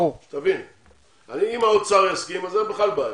אם האוצר יסכים אז אין בכלל בעיה,